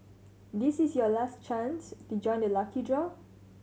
this is your last chance to join the lucky draw